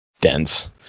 dense